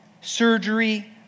surgery